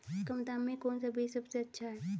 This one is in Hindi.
कम दाम में कौन सा बीज सबसे अच्छा है?